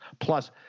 Plus